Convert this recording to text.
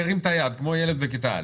מרים את היד כמו ילד בכיתה א'.